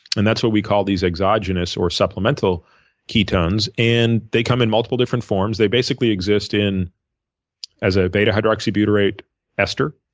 and that's what we call these exogenous or supplemental ketones, and they come in multiple different forms. they basically exist as a beta hydroxybutyrate ester,